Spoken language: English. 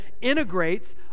integrates